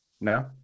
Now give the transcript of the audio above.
No